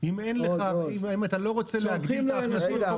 אם אתה לא רוצה להגדיל את ההכנסות,